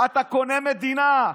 אתה קונה מדינה.